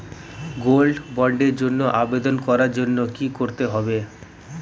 Gold বন্ডের জন্য আবেদন করার জন্য কি করতে হবে?